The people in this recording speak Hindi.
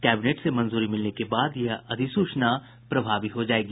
कैबिनेट से मंजूरी मिलने के बाद यह अधिसूचना प्रभावी हो जायेगी